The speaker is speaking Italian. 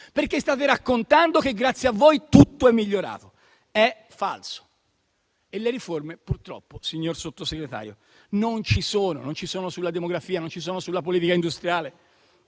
perché state raccontando che, grazie a voi, tutto è migliorato. È falso. E le riforme purtroppo, signor Sottosegretario, non ci sono. Non ci sono sulla demografia, non ci sono sulla politica industriale,